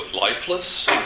lifeless